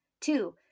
Two